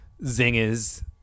zingers